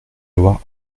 avoir